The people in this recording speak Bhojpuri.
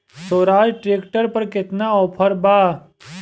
स्वराज ट्रैक्टर पर केतना ऑफर बा?